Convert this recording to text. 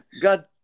God